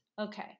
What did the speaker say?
okay